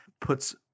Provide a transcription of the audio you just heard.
puts